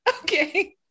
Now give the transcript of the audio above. Okay